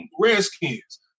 Redskins